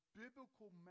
biblical